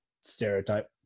stereotype